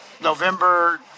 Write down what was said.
November